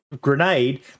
grenade